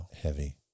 heavy